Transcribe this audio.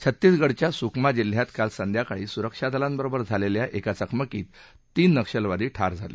छत्तीसगडच्या सुकमा जिल्ह्यात काल संध्याकाळी सुरक्षा दलांबरोबर झालेल्या एका चकमकीत तीन नक्षलवादी ठार झाले